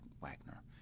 Wagner